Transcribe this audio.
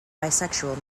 bisexual